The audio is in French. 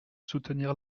soutenir